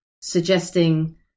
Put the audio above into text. suggesting